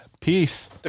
Peace